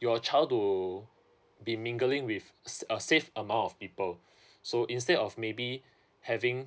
your child to be mingling with a safe amount of people so instead of maybe having